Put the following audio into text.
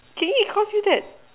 keng-yi calls you that